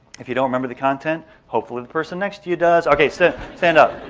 if you don't remember the content hopefully the person next to you does. okay, so stand up.